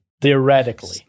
theoretically